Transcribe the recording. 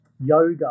yoga